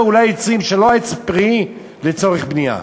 עצים שהם לא עצי פרי לצורך בנייה.